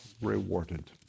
rewarded